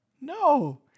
no